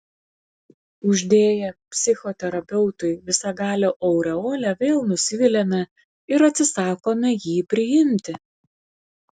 uždėję psichoterapeutui visagalio aureolę vėl nusiviliame ir atsisakome jį priimti